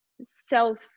self